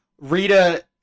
Rita